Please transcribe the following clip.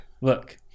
Look